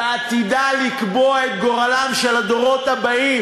ועתידה לקבוע את גורלם של הדורות הבאים.